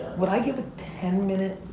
would i give a ten minute,